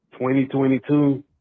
2022